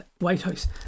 Whitehouse